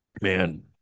Man